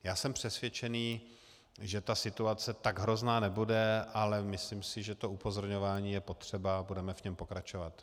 Já jsem přesvědčen, že ta situace tak hrozná nebude, ale myslím si, že to upozorňování je potřeba, a budeme v něm pokračovat.